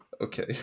Okay